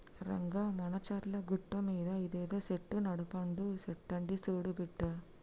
రంగా మానచర్ల గట్టుమీద ఇదేదో సెట్టు నట్టపండు సెట్టంట సూడు బిడ్డా